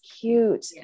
Cute